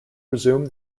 resume